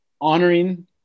honoring